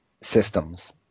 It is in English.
systems